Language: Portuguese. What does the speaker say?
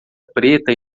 preta